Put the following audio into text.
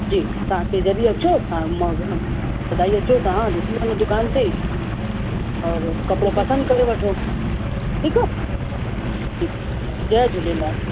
जी तव्हांखे जॾहिं अचो तव्हां सदाईं अचो तव्हां ॾिसी वञो दुकान ते और कपिड़ो पसंदि करे वठो ठीकु आहे ठीकु जय झूलेलाल